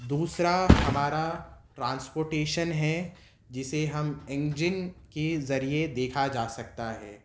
دوسرا ہمارا ٹرانسپوٹیشن ہے جسے ہم انجن کے ذریعے دیکھا جا سکتا ہے